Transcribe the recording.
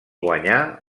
guanyà